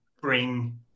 bring